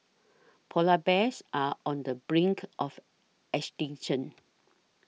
Polar Bears are on the brink of extinction